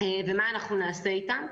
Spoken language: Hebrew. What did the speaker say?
ומה נעשה איתן,